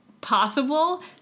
possible